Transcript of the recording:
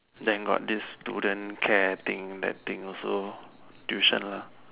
thank god this student care thing that thing also tuition lah